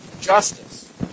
justice